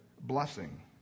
blessing